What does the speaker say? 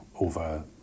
over